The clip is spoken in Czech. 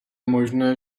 možné